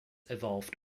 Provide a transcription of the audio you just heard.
evolved